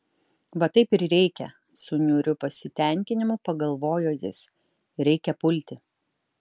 va taip ir reikia su niauriu pasitenkinimu pagalvojo jis reikia pulti